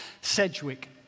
Sedgwick